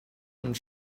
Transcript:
und